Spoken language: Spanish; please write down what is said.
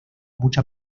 mucha